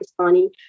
Pakistani